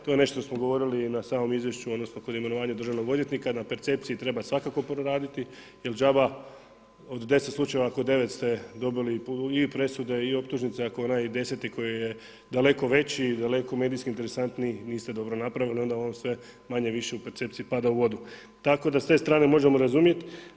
To je nešto što smo govorili i na samom izvješću odnosno kod imenovanja državnog odvjetnika na percepciji treba svakako raditi je džabe od 10 slučajeva ako 9 ste dobili i presude i optužnice ako onaj deseti koji je daleko veći, daleko medijski interesantniji niste dobro napravili, onda ovo sve manje-više u percepciji pada u vodu, tako da s te strane možemo razumjeti.